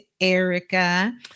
Erica